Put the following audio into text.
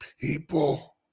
people